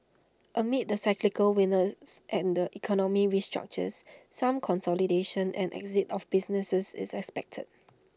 amid the cyclical weakness and the economy restructures some consolidation and exit of businesses is expected